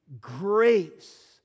grace